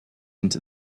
into